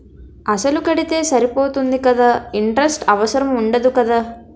అసలు కడితే సరిపోతుంది కదా ఇంటరెస్ట్ అవసరం ఉండదు కదా?